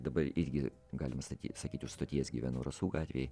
dabar irgi galima statyt sakyt už stoties gyvenu rasų gatvėj